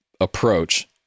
approach